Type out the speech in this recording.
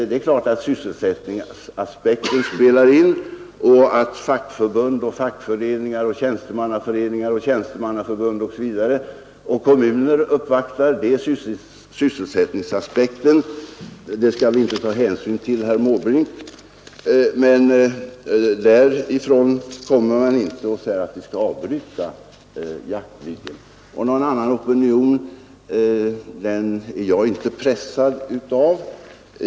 Det är klart att sysselsättningsaspekterna spelar en viktig roll Måndagen den och att fackförbund, fackföreningar, tjänstemannaföreningar, tjänste 13 december 1971 mannaförbund, kommuner osv. gör uppvaktningar, men sysselsättnings=== 4 aspekterna bör vi inte ta hänsyn till i detta fall, herr Måbrink. Från dessa håll kommer man inte och kräver att vi skall avbryta arbetet med Jaktviggen, och någon annan opinion är jag inte pressad av.